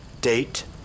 Date